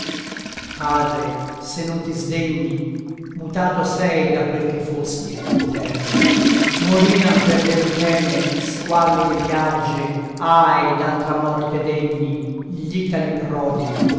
padre se non ti sdegni mutato sei da quel che fosti in terra morian per le rutene squallide piagge ahi d'altra morte degni gl'itali prodi